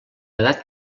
edat